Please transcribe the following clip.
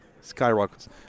skyrockets